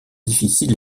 difficiles